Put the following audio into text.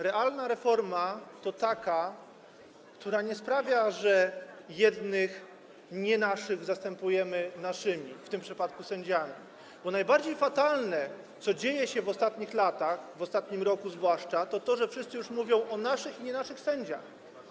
Realna reforma to nie taka, która sprawia, że jednych, nie naszych zastępujemy naszymi, w tym przypadku sędziami, bo najbardziej fatalne, jeśli chodzi o to, co dzieje się w ostatnich latach, w ostatnim roku zwłaszcza, jest to, że wszyscy już mówią o naszych i nie naszych sędziach.